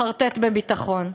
חרטט בביטחון.